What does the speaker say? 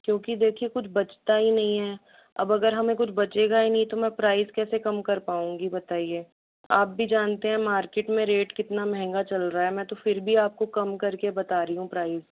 क्यूँकि देखिए कुछ बचता ही नहीं है अब अगर हमें कुछ बचेगा ही नहीं तो मैं प्राइस कैसे कम कर पाऊँगी बताइए आप भी जानते हैं मार्केट में रेट कितना महंगा चल रहा है मैं तो फिर भी आपको कम कर के बता रही हूँ प्राइस